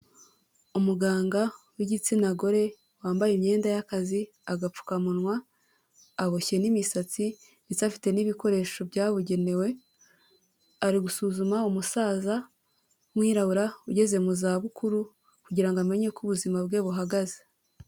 Umuganga w'igitsina gore wambaye imyenda y'akazi, agapfukamunwa, aboshye n'imisatsi ndetse afite n'ibikoresho byabugenewe, ari gusuzuma umusaza w'umumwirabura ugeze mu zabukuru kugira ngo amenye uko ubuzima bwe buhagaze.